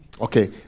Okay